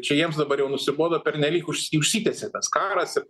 čia jiems dabar jau nusibodo pernelyg užs užsitęsė tas karas ir